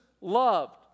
loved